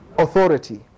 Authority